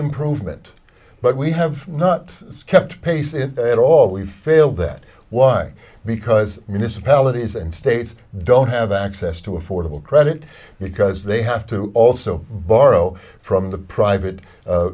improvement but we have not kept pace at all we've failed that one because municipalities and states don't have access to affordable credit because they have to also borrow from the private